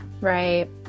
Right